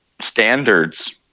standards